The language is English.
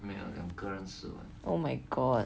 oh my god